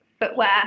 footwear